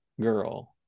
girl